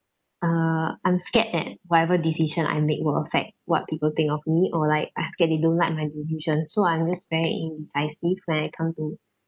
uh I'm scared that whatever decision I make will affect what people think of me or like I scared they don't like my position so I'm just very indecisive when I come to